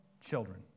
children